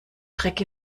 dreck